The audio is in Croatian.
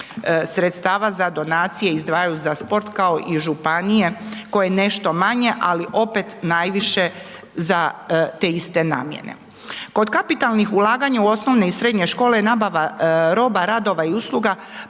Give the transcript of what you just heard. sredstava za donacije, izdvajaju za sport kao i županije, koje nešto manje, ali opet najviše za te iste namjene. Kod kapitalnih ulaganja u osnovne i srednje škole, nabava roba, radova i usluga,